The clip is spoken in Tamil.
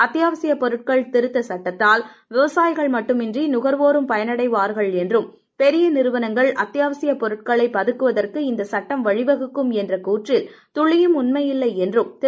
அத்தியாவசிய பொருட்கள் திருத்தச் சட்டத்தால் விவசாயிகள் மட்டுமன்றி நுகர்வோரும் பயனடைவார்கள் என்றும் பெரிய நிறுவனங்கள் அத்தியவசியப் பொருட்களை பதுக்குவதற்கு இந்தச் சுட்டம் வழிவகுக்கும் என்ற கூற்றில் துளியும் உண்மை இல்லை என்றும் திரு